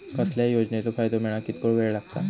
कसल्याय योजनेचो फायदो मेळाक कितको वेळ लागत?